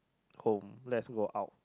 home let's go out